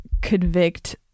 convict